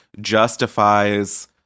justifies